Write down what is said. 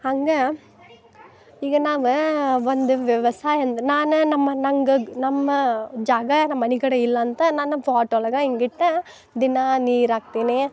ಹಂಗೆ ಈಗ ನಾನು ಒಂದು ವ್ಯವಸಾಯ ಅಂದ್ರೆ ನಾನು ನಮ್ಮ ಅನ್ ನಂಗೆ ನಮ್ಮ ಜಾಗ ನಮ್ಮ ಮನೆ ಕಡೆ ಇಲ್ಲಾಂತ ನಾನು ಪಾಟ್ ಒಳಗೆ ಹಿಂಗೆ ಇಟ್ಟು ದಿನ ನೀರು ಹಾಕ್ತೀನಿ